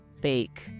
bake